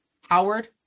Howard